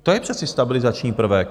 To je přece stabilizační prvek.